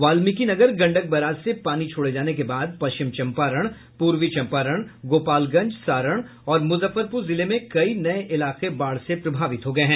Valmiki Nagar Gandak barrage से पानी छोड़े जाने के बाद पश्चिम चंपारण पूर्वी चंपारण गोपालगंज सारण और मुजफ्फरपुर जिले में कई नये इलाके बाढ़ से प्रभावित हो गये हैं